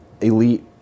elite